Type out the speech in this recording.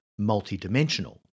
multidimensional